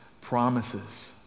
promises